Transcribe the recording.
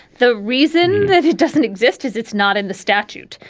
the reason that it doesn't exist is it's not in the statute,